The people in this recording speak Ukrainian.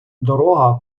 дорога